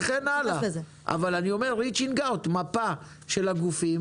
אני מדבר על reaching out - לעשות מפה של הגופים